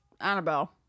Annabelle